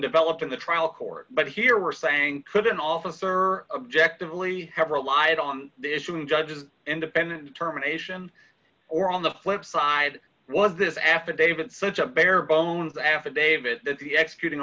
developed in the trial court but here we're saying with an officer objective lee have relied on the issuing judge an independent determination or on the flip side was this affidavit so it's a bare bones affidavit that the executing